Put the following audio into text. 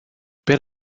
per